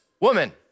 woman